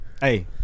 Hey